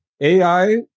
AI